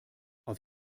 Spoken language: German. auf